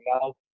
now